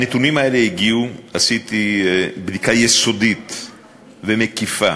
הנתונים האלה הגיעו, עשיתי בדיקה יסודית ומקיפה